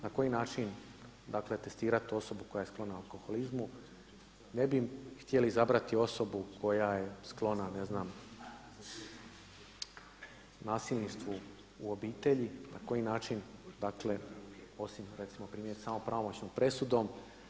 Na koji način testirati osobu koja je sklona alkoholizmu, ne bi htjeli izabrati osobu koja je sklona ne znam nasilništvu u obitelji, na koji način osim recimo primjer samo pravomoćnom presudom.